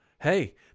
Hey